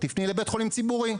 תפני לבית חולים ציבורי.